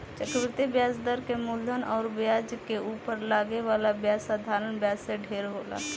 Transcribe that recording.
चक्रवृद्धि ब्याज दर के मूलधन अउर ब्याज के उपर लागे वाला ब्याज साधारण ब्याज से ढेर होला